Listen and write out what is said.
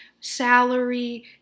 salary